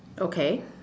okay